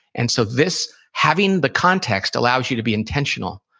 and so this, having the context allows you to be intentional.